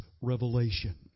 revelation